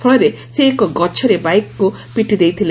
ଫଳରେ ସେ ଏକ ଗଛରେ ବାଇକ୍କୁ ପିଟି ଦେଇଥିଲେ